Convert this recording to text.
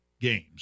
games